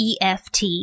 EFT